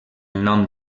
nom